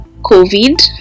COVID